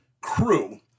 crew